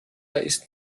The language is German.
ist